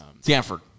Stanford